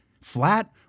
Flat